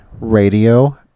radio